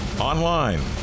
online